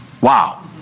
Wow